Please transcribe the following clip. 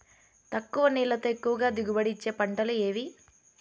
తక్కువ నీళ్లతో ఎక్కువగా దిగుబడి ఇచ్చే పంటలు ఏవి?